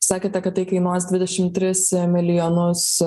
sakėte kad tai kainuos dvidešim tris milijonus